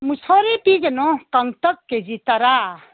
ꯃꯣꯁꯣꯔꯤ ꯄꯤꯒꯅꯨ ꯀꯪꯇꯛ ꯀꯦꯖꯤ ꯇꯔꯥ